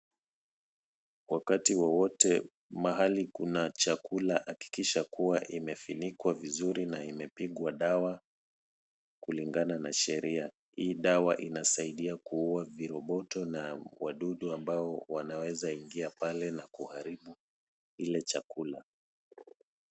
Wakati wowote, mahali kuna chakula hakikisha kuwa imefinikwa vizuri na imepigwa dawa. Kulingana na sheria, hii dawa inasaidia kuua viroboto na wadudu ambao wanaweza ingia pale na kuharibu. Ile chakula,